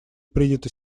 принята